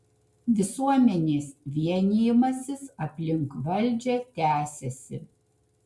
visuomenės vienijimasis aplink valdžią tęsiasi